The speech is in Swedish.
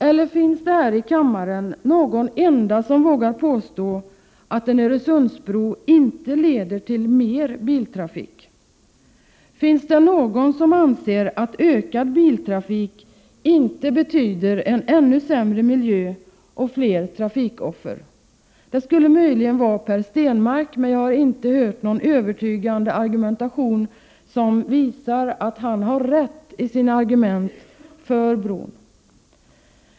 Eller finns det här i kammaren någon enda som vågar påstå att en Öresundsbro inte leder till mer biltrafik? Finns det någon som anser att ökad biltrafik inte betyder en ännu sämre miljö och fler trafikoffer? Det skulle möjligen vara Per Stenmarck. Men jag har inte hört någon övertygande argumentation för bron som visar att han har rätt.